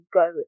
go